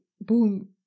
boom